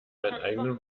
eigenen